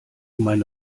meine